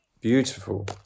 Beautiful